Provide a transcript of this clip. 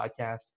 podcast